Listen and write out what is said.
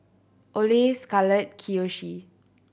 Ole Scarlett Kiyoshi